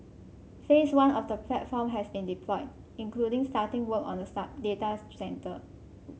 phase one of the platform has been deployed including starting work on a start datas centre